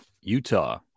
Utah